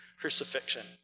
crucifixion